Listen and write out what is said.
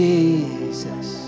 Jesus